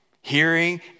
Hearing